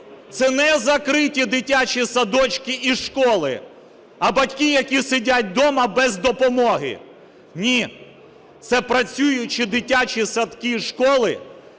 це не закриті дитячі садочки і школи, а батьки, які сидять дома без допомоги. Ні, це працюючі дитячі садки і школи,